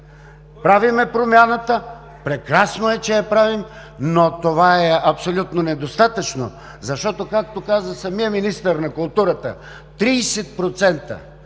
правим промяната, прекрасно е, че я правим, но това е абсолютно недостатъчно, защото, както каза самият министър на културата – 30%